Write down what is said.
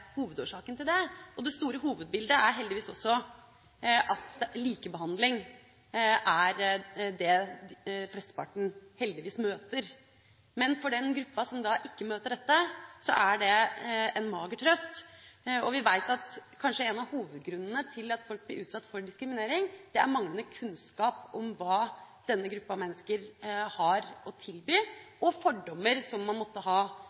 hovedårsaken til dette. Det store hovedbildet er heldigvis at det er likebehandling de fleste møter, men det er en mager trøst for den gruppa som ikke møter det. Vi vet at kanskje en av hovedgrunnene til at folk blir utsatt for diskriminering, er manglende kunnskap om hva denne gruppa mennesker har å tilby – og fordommer man måtte ha,